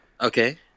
okay